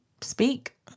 speak